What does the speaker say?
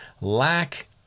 lack